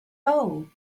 hole